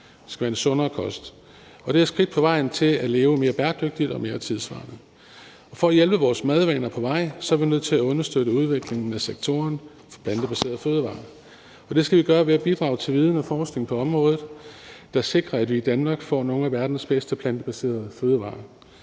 det skal være en sundere kost – og det er et skridt på vejen til at leve mere bæredygtigt og mere tidssvarende. For at hjælpe vores madvaner på vej er vi nødt til at understøtte udviklingen af sektoren for plantebaserede fødevarer, og det skal vi gøre ved at bidrage til ledende forskning på området, der sikrer, at vi i Danmark får nogle af verdens bedste plantebaserede fødevarer,